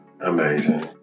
amazing